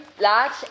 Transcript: large